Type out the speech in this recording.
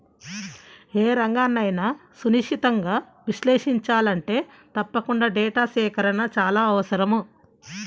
ఏ రంగన్నైనా సునిశితంగా విశ్లేషించాలంటే తప్పకుండా డేటా సేకరణ చాలా అవసరం